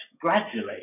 gradually